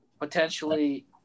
potentially